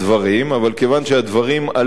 אבל כיוון שהדברים עלו כאן,